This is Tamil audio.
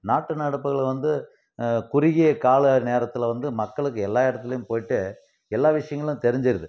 நாட்டு நடப்புகள் வந்து குறுகிய கால நேரத்தில் வந்து மக்களுக்கு எல்லா இடத்துலேயும் போய்விட்டு எல்லா விஷயங்களும் தெரிஞ்சிடுது